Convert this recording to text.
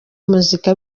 muzika